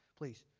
please.